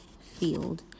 field